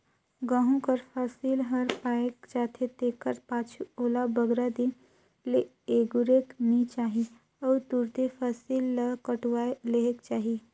गहूँ कर फसिल हर पाएक जाथे तेकर पाछू ओला बगरा दिन ले अगुरेक नी चाही अउ तुरते फसिल ल कटुवाए लेहेक चाही